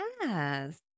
Yes